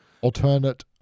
Alternate